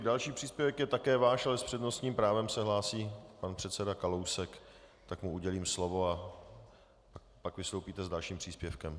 Další příspěvek je také váš, ale s přednostním právem se hlásí pan předseda Kalousek, tak mu udělím slovo, a pak vystoupíte s dalším příspěvkem.